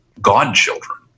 godchildren